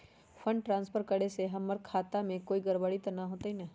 Fund transfer करे से हमर खाता में कोई गड़बड़ी त न होई न?